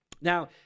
Now